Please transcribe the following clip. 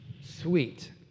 sweet